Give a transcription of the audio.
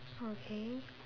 okay